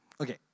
Okay